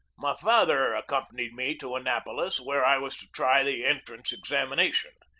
my father accompanied me to annapolis, where i was to try the entrance examination.